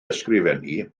ysgrifennu